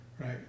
Right